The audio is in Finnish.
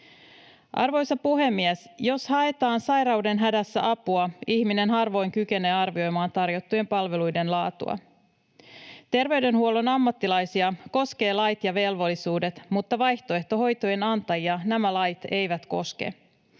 Arvoisa puhemies! Jos haetaan sairauden hädässä apua, ihminen harvoin kykenee arvioimaan tarjottujen palveluiden laatua. Terveydenhuollon ammattilaisia koskevat lait ja velvollisuudet, mutta vaihtoehtohoitojen antajia nämä lait eivät koske.